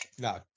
No